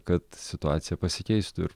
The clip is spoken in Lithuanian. kad situacija pasikeistų